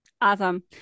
Awesome